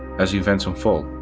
as events unfold,